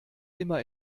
immer